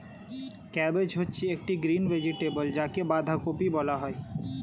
cabbage হচ্ছে একটি green vegetable যাকে বাঁধাকপি বলা হয়